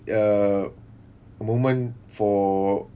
err moment for